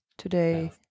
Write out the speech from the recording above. today